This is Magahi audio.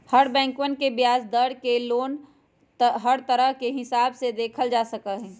हर बैंकवन के ब्याज दर के लोन हर तरह के हिसाब से देखल जा सका हई